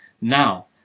now